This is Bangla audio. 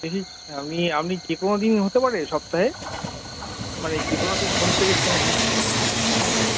আপনি আপনি যেকোনো দিন হতে পারে সপ্তাহে মানে যেকোনো দিন সোম থেকে শনি হ্যাঁ